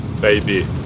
baby